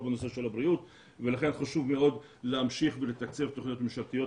בנושא של הבריאות ולכן חשוב מאוד להמשיך ולתקצב תוכניות ממשלתיות.